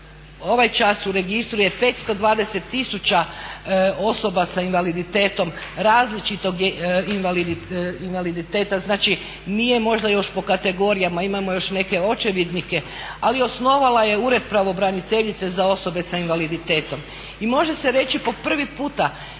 ovaj čas u registru je 520 tisuća osoba s invaliditetom različitog invaliditeta znači nije možda još po kategorijama, imamo još neke očevidnike, ali osnovala je Ured pravobraniteljice za osobe s invaliditetom. I može se reći po prvi puta